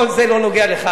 כל זה לא נוגע לך,